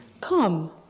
Come